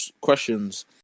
questions